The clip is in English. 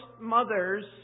mothers